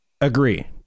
agree